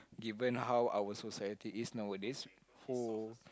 given how our society is nowadays who